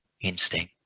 instinct